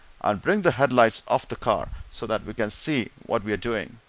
and bring the headlights off the car, so that we can see what we're doing.